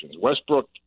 Westbrook